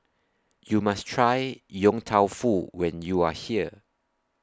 YOU must Try Yong Tau Foo when YOU Are here